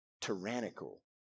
tyrannical